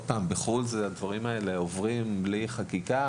בחו"ל הדברים האלה עוברים בלי חקיקה